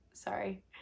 Sorry